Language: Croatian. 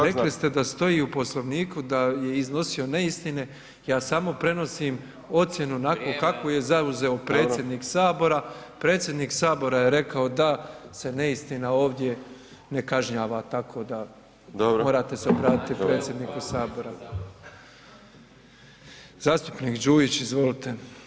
Rekli ste da stoji u Poslovniku da je iznosio neistine, ja samo prenosim ocjenu onako kako je zauzeo predsjednik Sabora, predsjednik Sabora je rekao da se neistina ovdje ne kažnjava tako da morate se obratiti predsjedniku Sabora [[Upadica Beljak: Dobro.]] Zastupnik Đujić, izvolite.